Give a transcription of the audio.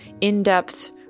in-depth